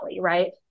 right